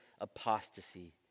apostasy